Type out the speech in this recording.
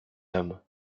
homme